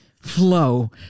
flow